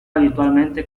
habitualmente